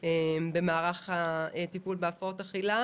במערך הטיפול בהפרעות אכילה.